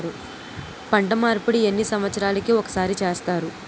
పంట మార్పిడి ఎన్ని సంవత్సరాలకి ఒక్కసారి చేస్తారు?